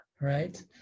right